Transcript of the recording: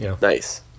Nice